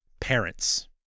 Parents